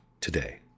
today